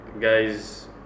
guys